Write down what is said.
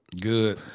Good